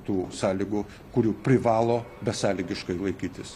tų sąlygų kurių privalo besąlygiškai laikytis